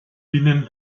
dienen